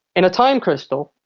in a time crystal,